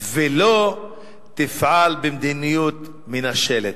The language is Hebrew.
ולא תפעל במדיניות מנשלת.